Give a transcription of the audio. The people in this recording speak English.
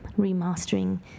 remastering